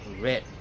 Red